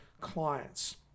clients